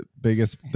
biggest